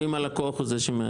ואם הלקוח הוא זה שמעכב?